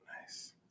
nice